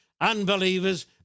unbelievers